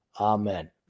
Amen